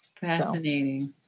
Fascinating